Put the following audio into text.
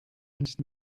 nicht